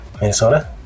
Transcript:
Minnesota